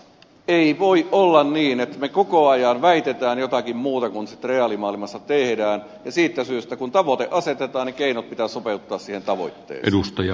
ei voi olla niin että me koko ajan väitämme jotakin muuta kuin sitten reaalimaailmassa teemme ja siitä syystä kun tavoite asetetaan keinot pitää sopeuttaa siihen tavoitteeseen